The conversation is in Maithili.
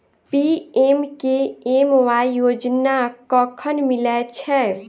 पी.एम.के.एम.वाई योजना कखन मिलय छै?